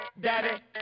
Daddy